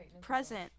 present